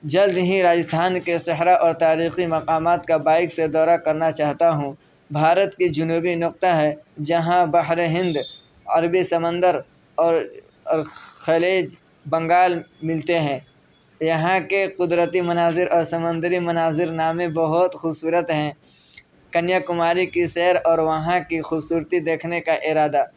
جلد ہی راجستھان کے صحرا اور تاریخی مقامات کا بائک سے دورہ کرنا چاہتا ہوں بھارت کی جنوبی نقطہ ہے جہاں بحر ہند عربی سمندر اور اور خلیج بنگال ملتے ہیں یہاں کے قدرتی مناظر اور سمندری مناظرنامے بہت خوبصورت ہیں کنیا کماری کی سیر اور وہاں کی خوبصورتی دیکھنے کا ارادہ